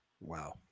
Wow